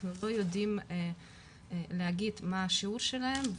אנחנו לא יודעים להגיד מה השיעור שלהם,